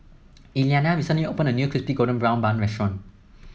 Elianna recently opened a new Crispy Golden Brown Bun restaurant